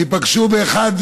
תיפגשו באחד,